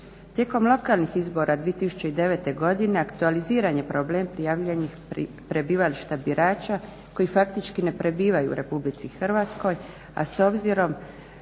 Tijekom lokalnih izbora 2009.godine aktualiziran je problem prijavljenih prebivališta birača koji faktički ne prebivaju u RH, a s obzirom